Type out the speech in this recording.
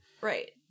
Right